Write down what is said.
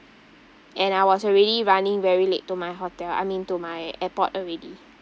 and I was already running very late to my hotel I mean to my airport already